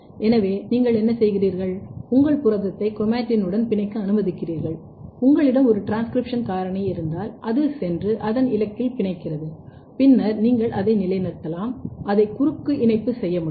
எனவே நீங்கள் என்ன செய்கிறீர்கள் உங்கள் புரதத்தை குரோமாடினுடன் பிணைக்க அனுமதிக்கிறீர்கள் உங்களிடம் ஒரு டிரான்ஸ்கிரிப்ஷன் காரணி இருந்தால் அது சென்று அதன் இலக்கில் பிணைக்கிறது பின்னர் நீங்கள் அதை நிலை நிறுத்தலாம் அதை குறுக்கு இணைப்பு செய்ய முடியும்